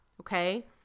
okay